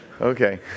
okay